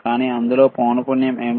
కానీ అందులో పౌనపున్యం ఏమిటి